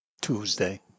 Tuesday